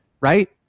right